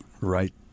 right